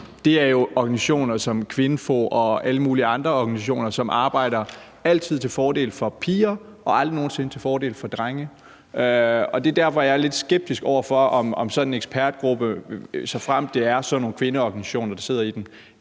det er jo organisationer som KVINFO og alle mulige andre organisationer – altid arbejder til fordel for piger og aldrig nogen sinde til fordel for drenge. Det er der, hvor jeg er lidt skeptisk over for, om sådan en ekspertgruppe, såfremt det er sådan nogle kvindeorganisationer, der sidder i den,